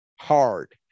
hard